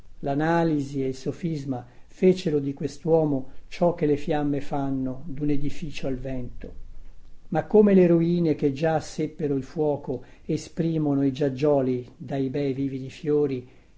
lanalisi e il sofisma fecero di questuomo ciò che le fiamme fanno dun edificio al vento ma come le ruine che già seppero il fuoco esprimono i giaggioli dai bei vividi fiori